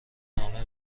نامه